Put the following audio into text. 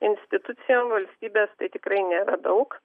institucijom valstybės tai tikrai nėra daug